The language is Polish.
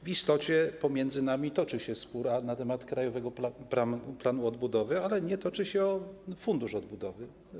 W istocie pomiędzy nami toczy się spór na temat Krajowego Planu Odbudowy, ale nie toczy się o Fundusz Odbudowy.